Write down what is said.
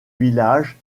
village